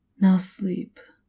now, sleep.